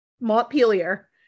Montpelier